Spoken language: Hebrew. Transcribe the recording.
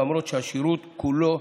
למרות שהשירות כולו,